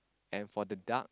and for the dark